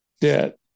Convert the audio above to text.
debt